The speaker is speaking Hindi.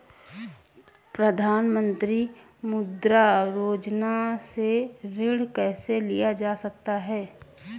प्रधानमंत्री मुद्रा योजना से ऋण कैसे लिया जा सकता है?